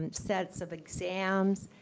and sets of exams,